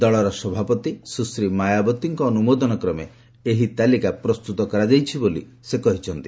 ଦଳର ସଭାପତି ସୁଶ୍ରୀ ମାୟାବତୀଙ୍କ ଅନୁମୋଦନ କ୍ରମେ ଏହି ତାଲିକା ପ୍ରସ୍ତୁତ କରାଯାଇଛି ବୋଲି ସେ କହିଛନ୍ତି